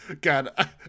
God